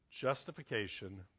Justification